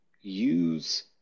use